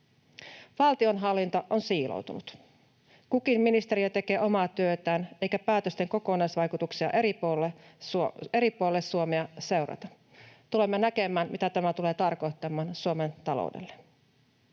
Valtionhallinto on siiloutunut. Kukin ministeriö tekee omaa työtään, eikä päätösten kokonaisvaikutuksia eri puolille Suomea seurata. Tulemme näkemään, mitä tämä tulee tarkoittamaan Suomen taloudelle.